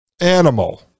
animal